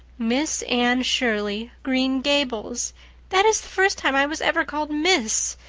miss anne shirley, green gables that is the first time i was ever called miss.